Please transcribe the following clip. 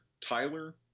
Tyler